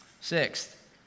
Sixth